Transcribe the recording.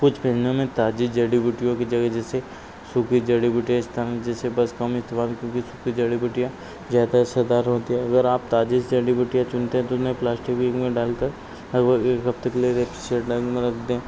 कुछ व्यंजनों में ताजी जड़ी बूटियों की जगह जैसे सूखी जड़ी बूटियाँ में जैसे बसकाओं में क्योंकि सूखी जड़ी बूटियाँ ज़्यादा असरदार होती हैं अगर आप ताजे से जड़ी बूटियाँ चुनते हैं तो उन्हें प्लाश्टिक बेग में डालकर लगभग एक हफ्ते के लिए एक शेड में रख दें